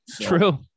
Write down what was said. True